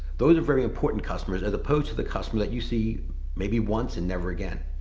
those are very important customers, as opposed to the customer that you see maybe once and never again.